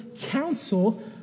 counsel